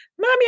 Mommy